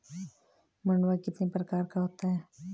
मंडुआ कितने प्रकार का होता है?